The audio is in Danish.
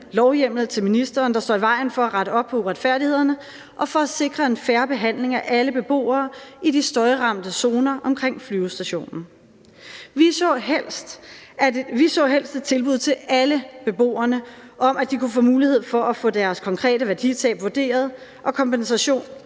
lovhjemmel til ministeren, der står i vejen for at rette op på uretfærdighederne, og for at sikre en fair behandling af alle beboere i de støjramte zoner omkring flyvestationen. Vi så helst et tilbud til alle beboerne om, at de kunne få mulighed for at få deres konkrete værditab vurderet og en kompensation